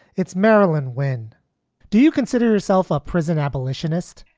it's merrilyn, when do you consider yourself a prison abolitionist?